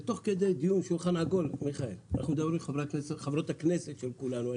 ותוך כדי דיון בשולחן עגול אנחנו מדברים עם חברות הכנסת של סיעת כולנו,